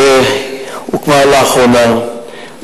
אשר הוקם לאחרונה,